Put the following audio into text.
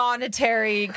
Monetary